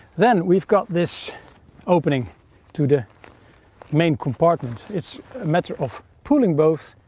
then, we've got this opening to the main compartment it's a matter of pulling both,